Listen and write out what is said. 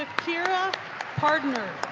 shakeara pardner